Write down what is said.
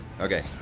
Okay